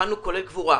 כולל קבורה.